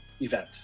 event